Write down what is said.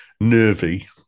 nervy